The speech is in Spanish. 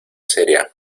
seria